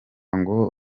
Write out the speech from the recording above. ngo